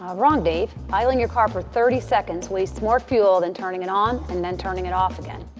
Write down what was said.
ah wrong dave. idling your car for thirty seconds wastes more fuel than turning it on and then turning it off again.